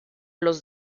los